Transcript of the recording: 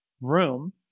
room